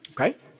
Okay